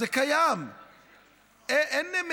זה קיים.